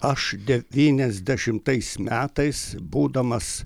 aš devyniasdešimtais metais būdamas